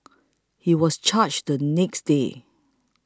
he was charged the next day